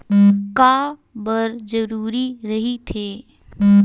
का बार जरूरी रहि थे?